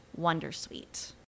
Wondersuite